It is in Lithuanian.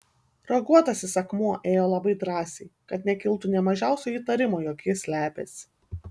raguotasis akmuo ėjo labai drąsiai kad nekiltų nė mažiausio įtarimo jog jis slepiasi